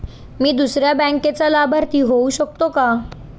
मी दुसऱ्या बँकेचा लाभार्थी होऊ शकतो का?